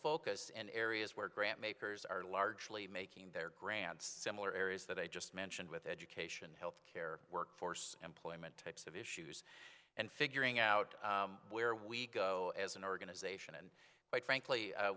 focus and areas where grant makers are largely making their grants similar areas that i just mentioned with education health care workforce employment types of issues and figuring out where we go as an organization and quite frankly